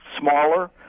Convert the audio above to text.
smaller